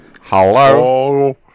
Hello